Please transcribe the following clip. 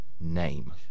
name